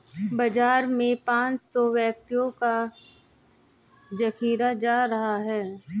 बाजार में पांच सौ व्यक्तियों का जखीरा जा रहा है